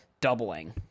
doubling